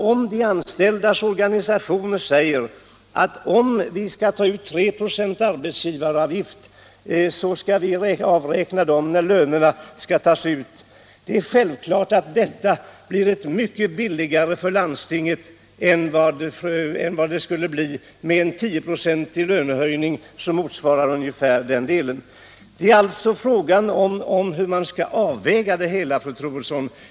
Om de anställdas organisationer säger att för den händelse staten tar ut 3 26 mer i arbetsgivaravgift skall det avräknas när löneökningarna tas ut, blir det självklart mycket billigare för landstingen än vad det skulle bli med en lönehöjning på 10 96, vilket är vad som svarar mot höjningen av arbetsgivaravgiften. Det är alltså fråga om hur man skall avväga det hela, fru Troedsson.